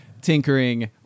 tinkering